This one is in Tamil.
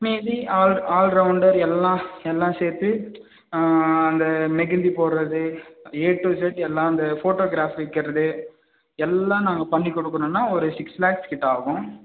மீதி ஆல் ஆல் ரவுண்டர் எல்லாம் எல்லாம் சேர்த்து அந்த மெஹந்தி போடுறது ஏ டு இசட் எல்லாம் அந்த ஃபோட்டோகிராஃப் வைக்கிறது எல்லாம் நாங்கள் பண்ணி கொடுக்கணுன்னா ஒரு சிக்ஸ் லேக்ஸ் கிட்டே ஆகும்